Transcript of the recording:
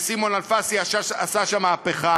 ושמעון אלפסי עשה שם מהפכה